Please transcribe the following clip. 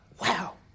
Wow